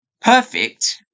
perfect